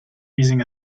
using